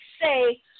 say